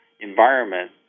environment